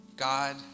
God